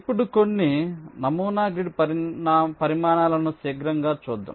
ఇప్పుడు కొన్ని నమూనా గ్రిడ్ పరిమాణాలను శీఘ్రంగా చూద్దాం